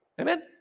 Amen